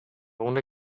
only